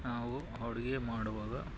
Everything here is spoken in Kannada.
ನಾವು ಅಡುಗೆ ಮಾಡುವಾಗ